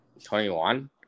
21